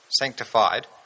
sanctified